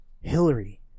Hillary